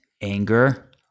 anger